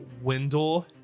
Wendell